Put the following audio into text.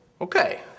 Okay